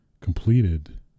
completed